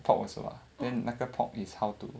pork also ah then 那个 pork is how to